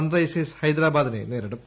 Sunrisers ഹൈദരാബാദിനെ നേരിടും